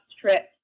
trip